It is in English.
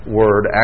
word